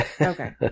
Okay